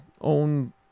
own